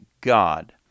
God